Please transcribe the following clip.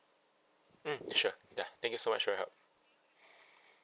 mm sure ya thank you so much for your help